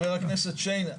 חבר הכנסת שיין,